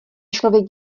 člověk